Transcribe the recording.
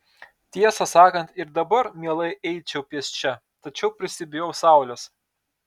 tiesą sakant ir dabar mielai eičiau pėsčia tačiau prisibijau saulės